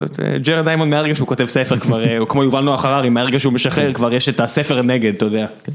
ג'רד איימון מהרגש הוא כותב ספר כבר, או כמו יובל נוח הררי, מהרגש הוא משחרר, כבר יש את הספר נגד, אתה יודע.